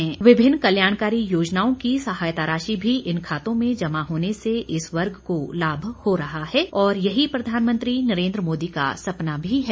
निश्चित तौर पर विभिन्न कल्याणकारी योजनाओं की सहायता राशि भी इन खातों में जमा होने से इस वर्ग को लाभ हो रहा है और यही प्रधानमंत्री नरेन्द्र मोदी का सपना भी है